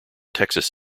texas